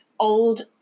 old